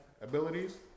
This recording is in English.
abilities